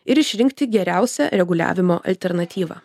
ir išrinkti geriausią reguliavimo alternatyvą